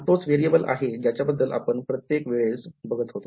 हा तोच variable आहे ज्याच्या बद्दल आपण प्रत्यके वेळास बघत होतो